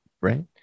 right